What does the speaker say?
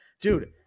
Dude